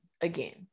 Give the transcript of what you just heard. again